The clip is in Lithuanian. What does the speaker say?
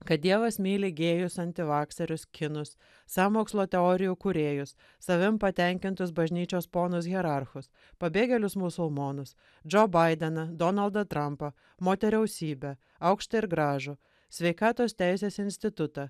kad dievas myli gėjus antivakserius kinus sąmokslo teorijų kūrėjus savim patenkintus bažnyčios ponus hierarchus pabėgėlius musulmonus džo baideną donaldą trampą moteriausybę aukštą ir gražų sveikatos teisės institutą